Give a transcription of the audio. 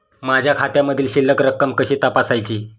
माझ्या खात्यामधील शिल्लक रक्कम कशी तपासायची?